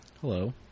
hello